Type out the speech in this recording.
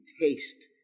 taste